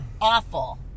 awful